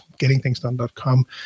gettingthingsdone.com